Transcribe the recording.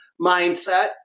mindset